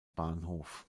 bahnhof